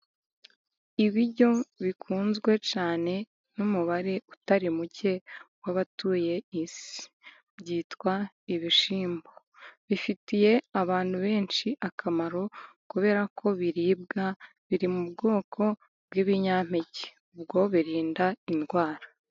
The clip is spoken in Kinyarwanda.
Ibiryo bikunzwe cyane n'umubare utari muke w'abatuye isi, byitwa ibishyimbo bifitiye abantu benshi akamaro, kubera ko biribwa biri mu bwoko bw'ibinyampeke, ubwo birinda indwara.